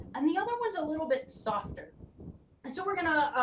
and the other one's a little bit softer. and so we're gonna